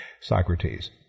Socrates